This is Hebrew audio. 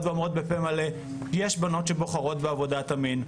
ואומרות בפה מלא: יש בנות שבוחרות בעבודת המין.